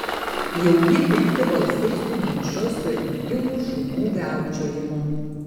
jauni pikti balsai sumišo su energingu šunų viaukčiojimu